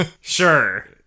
Sure